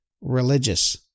religious